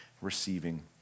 receiving